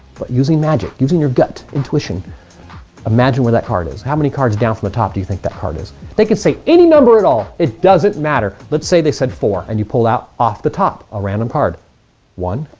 but using magic using your gut intuition imagine where that card is how many cards you down from the top? do you think that heart is they can say any number at all it doesn't matter let's say they said four and you pull out off the top a random card one